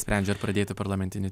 sprendžia ar pradėti parlamentinį